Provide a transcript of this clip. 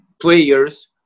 players